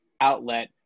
outlet